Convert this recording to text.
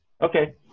Okay